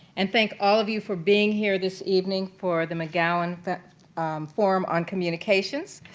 and thank all of you for being here this evening for the mcgowan forum on communications.